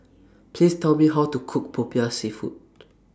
Please Tell Me How to Cook Popiah Seafood